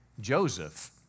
Joseph